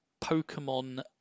Pokemon